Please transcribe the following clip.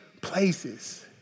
places